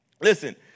Listen